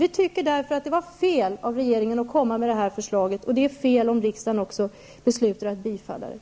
Vi tycker därför att det var fel av regeringen att komma med det här förslaget, och det är fel om riksdagen beslutar att bifalla det.